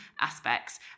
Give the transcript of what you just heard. aspects